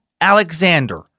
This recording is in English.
Alexander